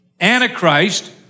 Antichrist